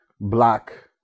black